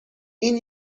این